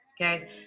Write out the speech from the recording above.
okay